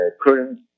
current